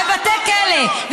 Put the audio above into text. בבתי כלא,